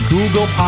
Google